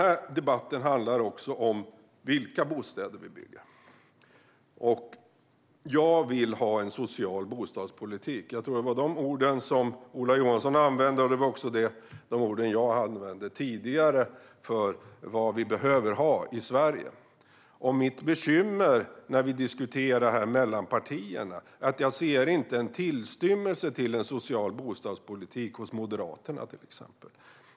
Men debatten handlar också om vilka bostäder vi bygger. Jag vill ha en social bostadspolitik. Jag tror att det var de orden som Ola Johansson använde, och det var också de som jag använde tidigare för vad vi behöver ha i Sverige. Mitt bekymmer när vi diskuterar mellan partierna är att jag inte ser en tillstymmelse till en social bostadspolitik hos till exempel Moderaterna.